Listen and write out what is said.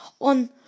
on